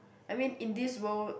I mean in this world